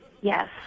Yes